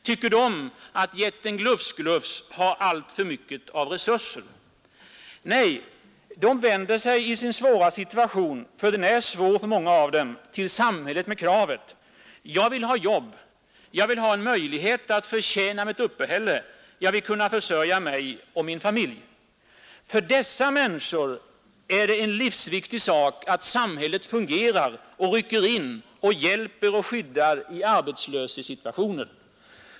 Tycker de att jätten Glufs-Glufs har alltför mycket resurser? Nej! De vänder sig i sin svåra situation — den är svår för många av dem — till samhället med kravet: Jag vill ha jobb, jag vill ha en möjlighet att förtjäna mitt uppehälle, jag vill kunna försörja mig och min familj! För dessa människor är det en livsviktig sak att samhället rycker in, hjälper och skyddar dem i arbetslöshetssituationer.